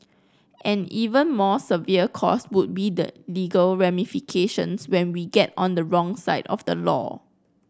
an even more severe cost would be the legal ramifications when we get on the wrong side of the law